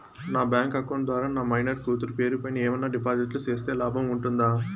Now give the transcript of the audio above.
నా bank account ద్వారా నా మైనర్ కూతురు పేరు పైన ఏమన్నా డిపాజిట్లు సేస్తే లాభం ఉంటుందా?